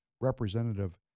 Representative